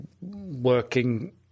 working